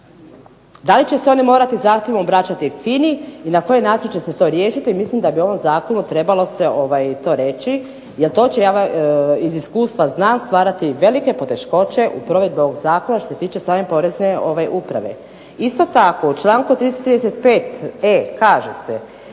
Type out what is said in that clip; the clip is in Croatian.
Da li će se one morati zahtjevom obraćati FINA-e i na koji način će se to riješiti, mislim da bi u ovom zakonu trebalo se to reći, jer to će, ja iz iskustva znam stvarati velike poteškoće u provedbi ovog zakona što se tiče same porezne uprave. Isto tako u članku 35.e kaže se